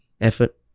effort